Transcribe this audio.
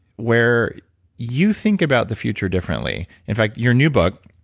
where you think about the future differently. in fact, your new book.